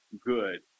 good